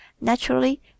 Naturally